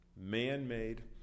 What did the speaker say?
Man-made